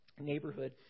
neighborhood